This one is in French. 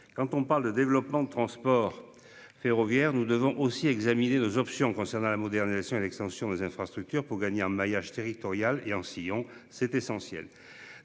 quand on parle de développement de transports ferroviaires. Nous devons aussi examiner des options concernant la modernisation et l'extension des infrastructures pour gagner un maillage territorial et en sillons c'est essentiel